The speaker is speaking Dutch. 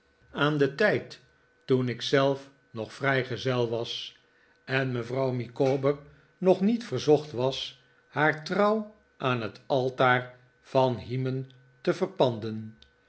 aan mijnheer micawtijd toen ik zelf nog vrijgezel was en mevrouw micawber nog niet verzocht was haar trouw aan net altaar van hymen te verpanden